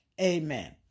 Amen